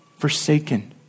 forsaken